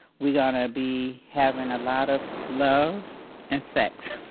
we gonna be having a lot of love and sex.